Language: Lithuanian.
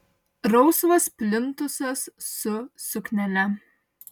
rausvas plintusas su suknele